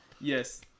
Yes